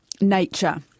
nature